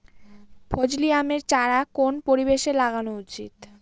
ফজলি আমের চারা কোন পরিবেশে লাগানো উচিৎ?